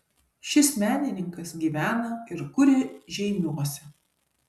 šis menininkas gyvena ir kuria žeimiuose